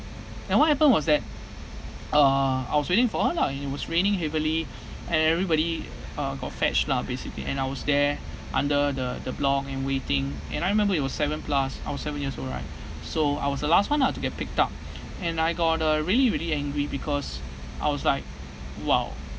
and what happened was that uh I was waiting for her lah and it was raining heavily and everybody uh got fetch lah basically and I was there under the the block and waiting and I remember it was seven plus I was seven years old right so I was the last one uh to get picked up and I got a really really angry because I was like !wow!